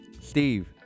Steve